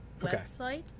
website